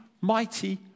mighty